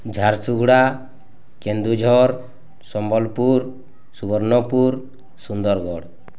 Jharsuguda Keonjhar Sambalpur Subarnapur Sundargarh